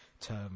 term